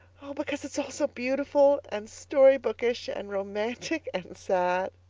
oh, because it's all so beautiful. and story bookish. and romantic. and sad,